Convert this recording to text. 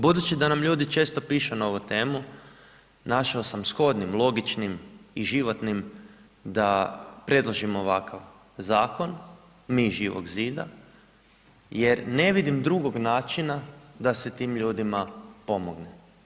Budući da nam ljudi često pišu na ovu temu, našao sam shodnim, logičnim i životnim da predložim ovakav zakon, mi iz Živog zida jer ne vidim drugog načina da se tim ljudima pomogne.